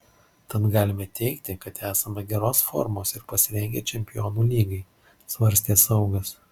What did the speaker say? tad galime teigti kad esame geros formos ir pasirengę čempionų lygai svarstė saugas